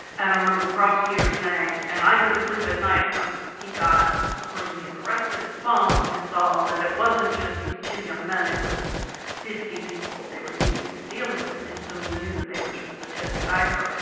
and i remember the prosecutor saying, and i couldn't sleep at night when he got the person he had arrested's phone and saw that it wasn't just these two young men, it was fifty people they were using and dealing with. and so he knew that they were just the tip of the iceberg.